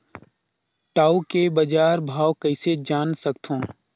टाऊ के बजार भाव कइसे जान सकथव?